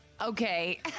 Okay